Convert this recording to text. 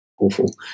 awful